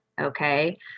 Okay